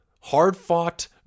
hard-fought